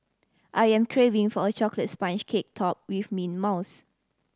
I am craving for a chocolate sponge cake topped with mint mousse